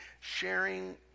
sharing